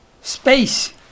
Space